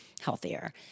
healthier